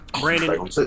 Brandon